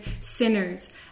sinners